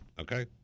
okay